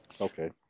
Okay